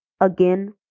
Again